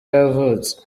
yavutse